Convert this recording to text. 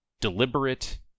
deliberate